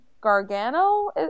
Gargano